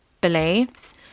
beliefs